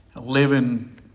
living